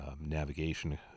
navigation